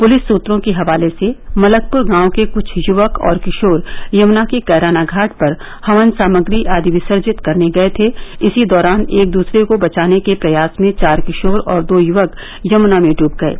police सूत्रों के हवाले से मलकपुर गांव के कुछ युवक और किशोर यमुना के कैराना घाट पर हवन सामग्री आदि विसर्जित करने गये थे इसी दौरान एक दूसरे को बचाने के प्रयास में चार किशोर और दो युवक यमुना में डूब गये